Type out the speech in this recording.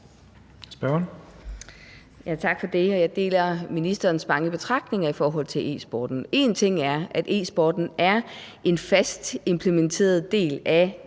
Tak for det, og jeg deler ministerens mange betragtninger i forhold til e-sporten. Én ting er, at e-sporten er en fast implementeret del af